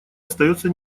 остается